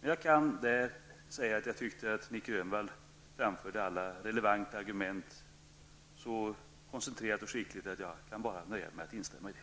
Men jag tycker att Nic Grönvall framförde alla relevanta argument så koncentrerat och skickligt att jag kan nöja mig med att instämma i det